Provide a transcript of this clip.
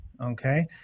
okay